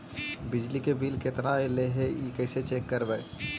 बिजली के बिल केतना ऐले हे इ कैसे चेक करबइ?